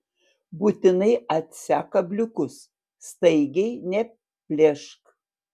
būtinai atsek kabliukus staigiai neplėšk